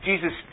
Jesus